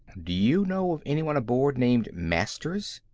do you know of anyone aboard named masters?